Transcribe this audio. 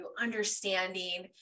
understanding